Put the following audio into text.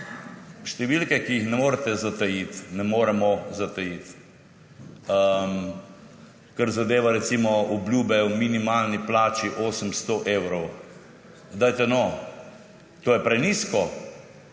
številke, ki jih ne morete zatajiti, ne moremo zatajiti. Kar zadeva recimo obljube o minimalni plači 800 evrov – dajte no, to je prenizko.